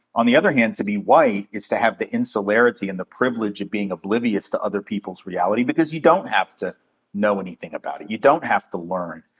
on the other hand, to be white is to have the insularity and the privilege of being oblivious to other people's reality, because you don't have to know anything about it. you don't have to learn.